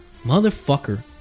motherfucker